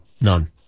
None